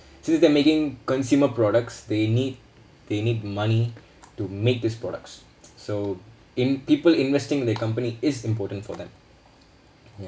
since they're making consumer products they need they need money to make this products so in people investing in the company is important for them